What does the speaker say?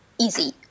easy